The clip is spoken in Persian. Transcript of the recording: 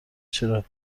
چرا